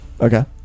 Okay